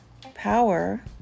power